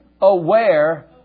aware